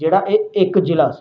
ਜਿਹੜਾ ਇਹ ਇੱਕ ਜ਼ਿਲ੍ਹਾ ਸੀ